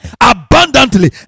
abundantly